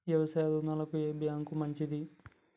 వ్యవసాయ రుణాలకు ఏ బ్యాంక్ మంచిది?